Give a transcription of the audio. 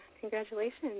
congratulations